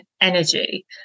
energy